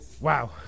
Wow